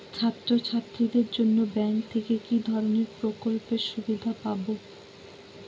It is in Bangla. ছাত্রছাত্রীদের জন্য ব্যাঙ্ক থেকে কি ধরণের প্রকল্পের সুবিধে পাবো?